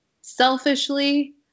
selfishly